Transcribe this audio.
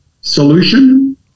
solution